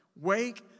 Wake